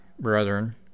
brethren